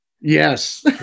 Yes